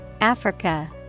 Africa